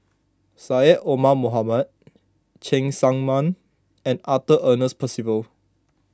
Syed Omar Mohamed Cheng Tsang Man and Arthur Ernest Percival